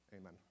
Amen